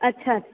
अच्छा